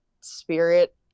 spirit